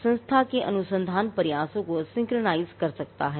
एक यह एक संस्था के अनुसंधान प्रयासों को सिंक्रनाइज़ कर सकता है